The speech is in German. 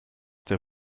der